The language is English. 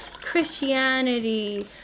Christianity